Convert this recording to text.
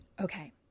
Okay